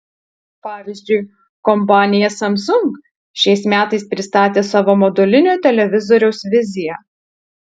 pavyzdžiui kompanija samsung šiais metais pristatė savo modulinio televizoriaus viziją